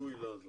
לעניין עצמו,